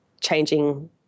changing